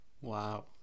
Wow